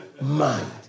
mind